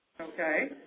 Okay